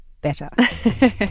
better